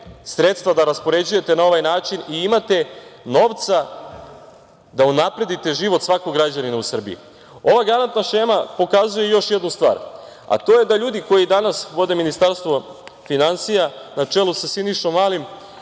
da raspoređujete na ovaj način i imate novca da unapredite život svakog građanina u Srbiji. Ova garantna šema pokazuje još jednu stvar, a to je da ljudi koji danas vode Ministarstvo finansija, na čelu sa Sinišom Malim,